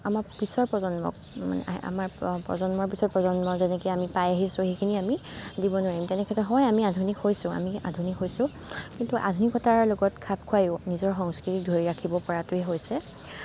আমাৰ পিছৰ প্ৰজন্মক মানে আমাৰ প্ৰজন্মৰ পিছৰ প্ৰজন্ম যেনেকৈ আমি পাই আহিছোঁ সেইখিনি আমি দিব নোৱাৰিম তেনেক্ষেত্ৰত হয় আমি আধুনিক হৈছোঁ আমি আধুনিক হৈছোঁ কিন্তু আধুনিকতাৰ লগত খাপ খোৱায়ো নিজৰ সংস্কৃতিক ধৰি ৰাখিব পৰাটোৱেই হৈছে